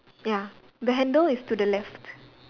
ya the handle is to the left